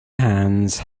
hands